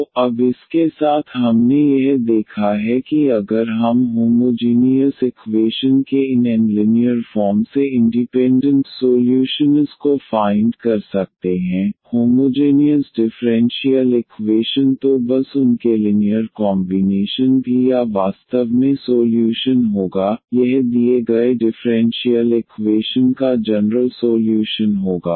तो अब इसके साथ हमने यह देखा है कि अगर हम होमोजीनीयस इकवेशन के इन n लिनीयर फॉर्म से इंडीपेन्डन्ट सोल्यूशनस को फाइन्ड कर सकते हैं होमोजेनियस डिफ़्रेंशियल इकवेशन तो बस उनके लिनीयर कॉमबीनेशन भी या वास्तव में सोल्यूशन होगा यह दिए गए डिफ़्रेंशियल इकवेशन का जनरल सोल्यूशन होगा